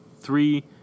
three